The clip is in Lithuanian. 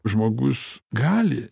žmogus gali